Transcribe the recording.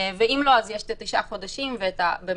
ואם לא יש את התשעה חודשים, ובמקרה